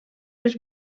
les